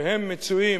שהם מצויים